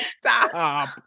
Stop